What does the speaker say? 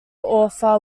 author